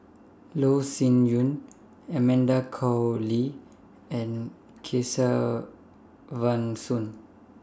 Loh Sin Yun Amanda Koe Lee and Kesavan Soon